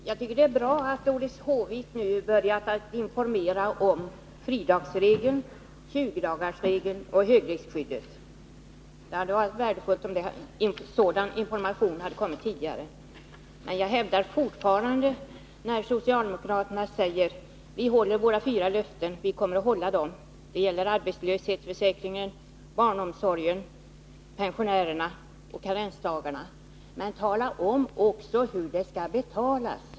Herr talman! Det är bra att Doris Håvik nu har börjat informera om fridagsregeln, 20-dagarsregeln och högriskskyddet. Det hade varit värdefullt om sådan information hade kommit tidigare. Socialdemokraterna säger att de skall hålla sina fyra löften, som gäller arbetslöshetsförsäkringen, barnomsorgen, pensionärerna och karensdagarna. Jag hävdar fortfarande: Tala då också om hur allt detta skall betalas!